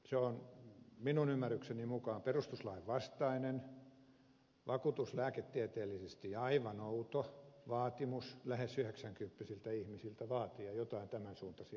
se on minun ymmärrykseni mukaan perustuslain vastainen vakuutuslääketieteellisesti aivan outo vaatimus lähes yhdeksänkymppisiltä ihmisiltä vaatia joitain tämän suuntaisia asioita